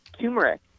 turmeric